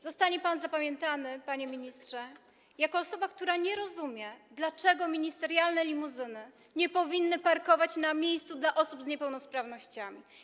Zostanie pan zapamiętany, panie ministrze, jako osoba, która nie rozumie, dlaczego ministerialne limuzyny nie powinny parkować na miejscu dla osób z niepełnosprawnościami.